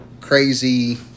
crazy